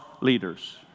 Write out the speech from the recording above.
leaders